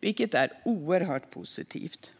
vilket är oerhört positivt.